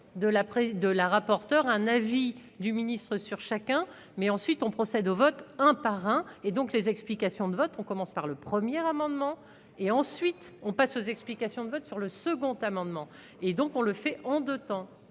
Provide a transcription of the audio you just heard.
de la rapport. Sur un avis du ministre sur chacun mais ensuite on procède au vote un par un et donc les explications de vote, on commence par le premier amendement et ensuite on passe aux explications de vote sur le second amendement et donc on le fait en 2 temps